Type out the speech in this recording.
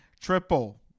Triple